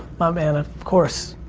my man of course.